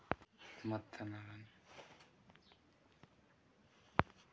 गेहूं के बीज के किसम के होथे?